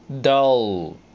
dull